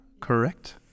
correct